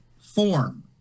form